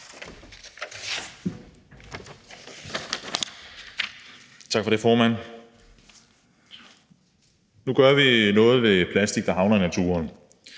Tak for det, formand. Nu gør vi noget ved plastik, der havner i naturen,